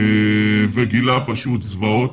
הוא גילה זוועות.